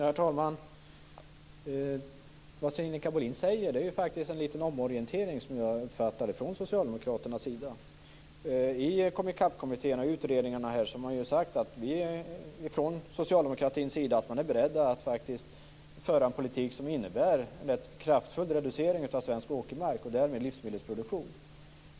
Herr talman! Det Sinikka Bohlin säger är faktiskt, som jag uppfattar det, en liten omorientering från socialdemokraternas sida. I Komicapkommittén och utredningarna har socialdemokraterna sagt att man är beredd att föra en politik som innebär en rätt kraftfull reducering av svensk åkermark och därmed livsmedelsproduktion.